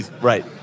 right